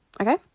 okay